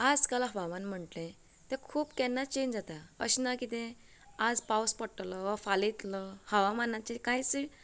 आज काल हवामान म्हुटले ते खूब केन्नाय चेन्ज जाता अशें ना कितेंय आज पावस पडटलो फाल्यां इतलो हवामानाचेर कांयच